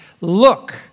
look